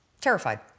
Terrified